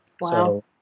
Wow